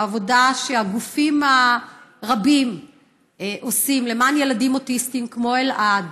העבודה שהגופים הרבים עושים למען ילדים אוטיסטים כמו אלעד,